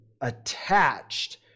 attached